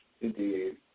Indeed